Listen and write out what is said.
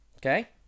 Okay